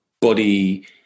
body